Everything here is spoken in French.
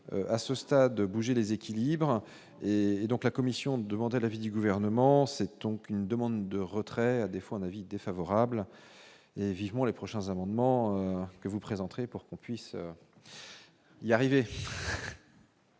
à ce stade de bouger les équilibres et donc la Commission demander l'avis du gouvernement, c'est donc une demande de retrait, à défaut, un avis défavorable et vivement les prochains amendement que vous présenterez pour qu'on puisse y y arriver.